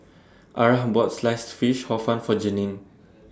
Arah bought Sliced Fish Hor Fun For Janene